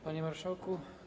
Panie Marszałku!